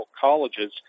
colleges